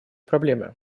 проблемы